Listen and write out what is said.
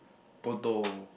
Poto